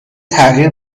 تغییر